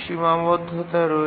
সীমাবদ্তা রয়েছে